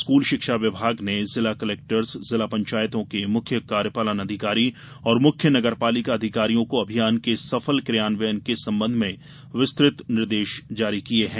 school शिक्षा विभाग ने जिला कलेक्टर्स जिला पंचायतों के मुख्य कार्यपालन अधिकारी और मुख्य नगरपालिका अधिकारियों को अभियान के सफल क्रियान्वयन के संबंध में विस्तुत निर्देश जारी किये हैं